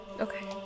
Okay